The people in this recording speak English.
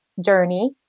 journey